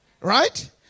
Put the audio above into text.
right